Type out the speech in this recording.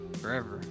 Forever